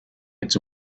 its